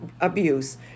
abuse